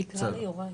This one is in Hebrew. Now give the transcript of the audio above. תודה.